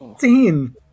ten